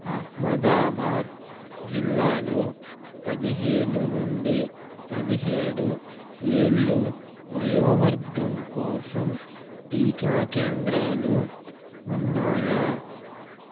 అహ్మదాబాద్ జిల్లాలో పదిహేను నుండి పదిహేడు ఏళ్లు వయోవర్గం కోసం టీకా కేంద్రాలు ఉన్నాయా